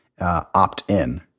opt-in